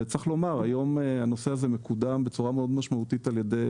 וצריך לומר שהיום הנושא הזה מקודם בצורה מאוד משמעותית על ידי